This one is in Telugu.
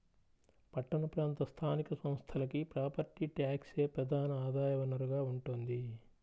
పట్టణ ప్రాంత స్థానిక సంస్థలకి ప్రాపర్టీ ట్యాక్సే ప్రధాన ఆదాయ వనరుగా ఉంటోంది